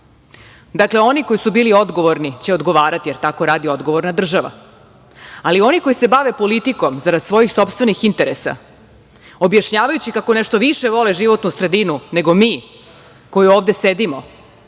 Dakle, oni koji su bili odgovorni će odgovarati, jer tako radi odgovorna država, ali oni koji se bave politikom zarad svojih sopstvenih interesa, objašnjavajući kako nešto više vole životnu sredinu, nego mi koji ovde sedimo,